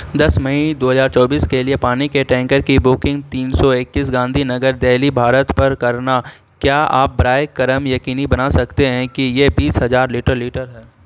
دس مئی دو ہزار چوبیس کے لیے پانی کے ٹینکر کی بکنگ تین سو اکیس گاندھی نگر دہلی بھارت پر کرنا کیا آپ براہ کرم یقینی بنا سکتے ہیں کہ یہ بیس ہزار لیٹر لیٹر ہے